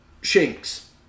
shanks